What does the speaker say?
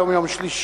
היום יום שלישי,